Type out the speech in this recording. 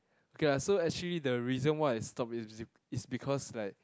okay lah so actually the reason why I stopped it's be it's because like